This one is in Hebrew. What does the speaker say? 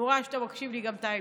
אני רואה שאתה מקשיב לי, טייב.